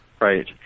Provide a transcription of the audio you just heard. Right